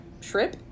Shrimp